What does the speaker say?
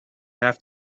have